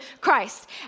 Christ